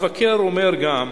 המבקר אומר גם: